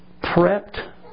prepped